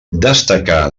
destacà